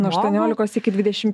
nuo aštuoniolikos iki dvidešimt